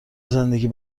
زندگی